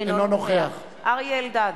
אינו נוכח אריה אלדד,